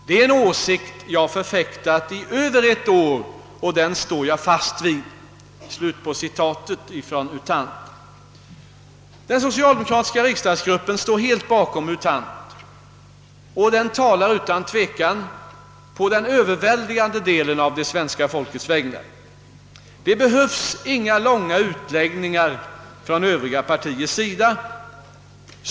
Det är en åsikt jag förfäktat i över ett år och den står jag fast vid.» Den socialdemokratiska riksdagsgruppen står helt bakom U Thant och den talar utan tvekan på övervägande delens av det svenska folket vägnar. Det behövs inga långa utläggningar från Övriga partiers sida.